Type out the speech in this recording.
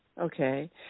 Okay